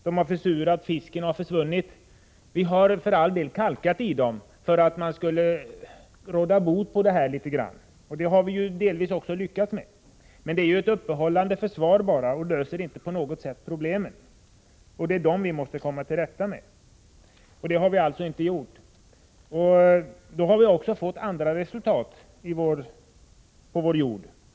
De har försurats, fisken har försvunnit. Vi har för all del kalkat i sjöarna för att i någon mån råda bot på försurningen. Härvidlag har vi delvis också lyckats. Men det är ju bara ett uppehållande försvar och löser inte på något sätt problemen, och det är dem vi måste komma till rätta med. Detta har vi alltså inte gjort, och det har blivit ytterligare effekter.